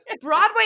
Broadway